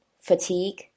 fatigue